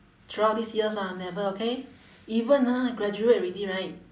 throughout these years ah never okay even ah graduate already right